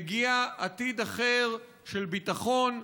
מגיע עתיד אחר של ביטחון,